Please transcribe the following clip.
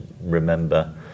remember